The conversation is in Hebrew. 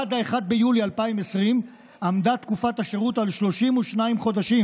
עד 1 ביולי 2020 עמדה תקופת השירות על 32 חודשים.